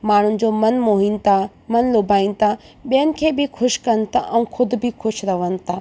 माण्हुनि जो मन मोहीनि था मन लुभाइनि था ॿियनि खे बि ख़ुशि कनि था ऐं ख़ुदि बि ख़ुशि रहनि था